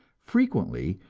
frequently,